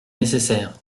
nécessaire